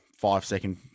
five-second